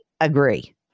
agree